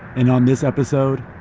and on this episode,